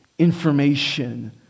information